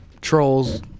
trolls